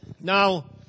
Now